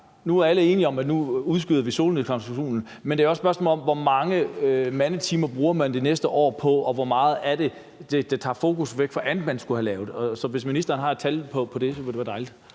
nu er alle enige om, at vi udskyder solnedgangsklausulen, men det er jo også et spørgsmål om, hvor mange mandetimer man bruger det næste år på det, og hvor meget det tager fokus væk fra andet, man skulle have lavet. Så hvis ministeren har et tal for det, ville det være dejligt.